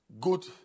good